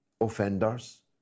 offenders